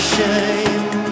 Shame